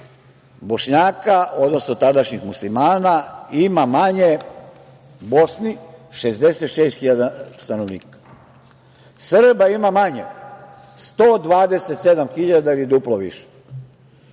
Bošnjaka, odnosno tadašnjih muslimana ima manje u Bosni 66.000 stanovnika, Srba ima manje 127.000 ili duplo više